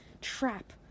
trap